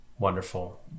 Wonderful